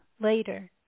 later